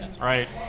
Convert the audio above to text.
right